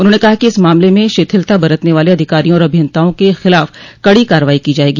उन्होंने कहा कि इस मामले में शिथिलता बरतने वाले अधिकारियों और अभियंताओं के खिलाफ कड़ी कार्रवाई की जायेगी